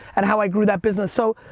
and how i grew that business. so,